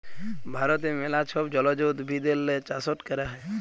ভারতে ম্যালা ছব জলজ উদ্ভিদেরলে চাষট ক্যরা হ্যয়